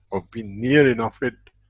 or been near enough it,